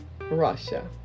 Russia